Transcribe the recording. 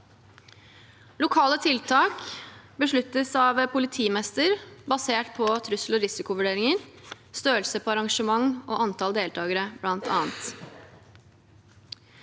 Lokale tiltak besluttes av politimester basert på bl.a. trussel- og risikovurderinger, størrelse på arrangement og antall deltakere. Når politiet